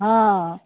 ಹಾಂ